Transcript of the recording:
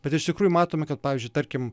bet iš tikrųjų matome kad pavyzdžiui tarkim